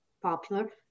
popular